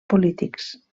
polítics